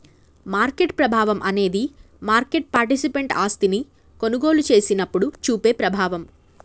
market ప్రభావం అనేది market participant ఆస్తిని కొనుగోలు చేసినప్పుడు చూపే ప్రభావం